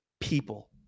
people